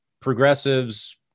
progressives